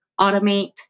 automate